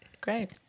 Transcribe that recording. Great